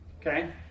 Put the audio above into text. Okay